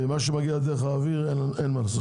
מה שמגיע דרך האוויר אין לנו מה לעשות.